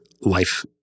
life